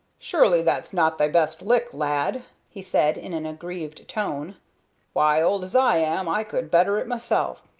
surely that's not thy best lick, lad, he said, in an aggrieved tone why, old as i am, i could better it mysel'.